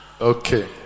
Okay